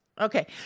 Okay